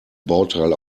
bauteil